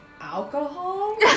alcohol